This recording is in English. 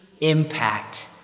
impact